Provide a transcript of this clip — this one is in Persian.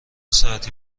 ساعتی